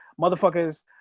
motherfuckers